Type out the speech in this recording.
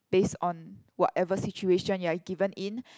base on whatever situation you are given in